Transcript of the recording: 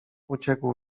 uciekł